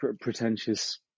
pretentious